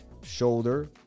Shoulder